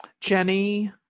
Jenny